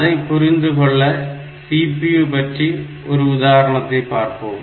அதை புரிந்துகொள்ள CPU பற்றிய ஒரு உதாரணத்தை பார்ப்போம்